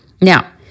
Now